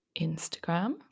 Instagram